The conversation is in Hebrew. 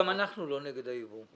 גם אנחנו לא נגד היבוא.